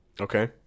Okay